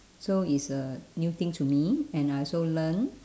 so it's a new thing to me and I also learnt